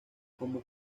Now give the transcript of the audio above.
como